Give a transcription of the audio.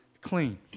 clean